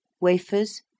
wafers